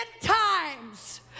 times